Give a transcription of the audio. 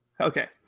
Okay